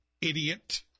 Idiot